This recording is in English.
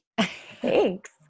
Thanks